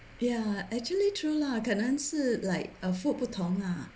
ya actually true lah 可能是 like uh food 不同啊